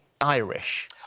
Irish